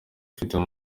mfitiye